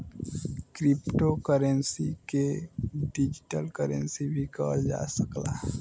crypto currency के digital currency भी कहल जा सकला